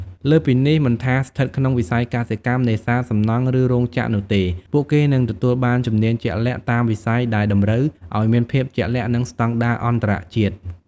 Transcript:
លើសពីនេះ មិនថាស្ថិតក្នុងវិស័យកសិកម្ម នេសាទ សំណង់ ឬរោងចក្រនោះទេ ពួកគេនឹងទទួលបានជំនាញជាក់លាក់តាមវិស័យដែលតម្រូវឱ្យមានភាពជាក់លាក់ និងស្តង់ដារអន្តរជាតិ។